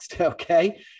okay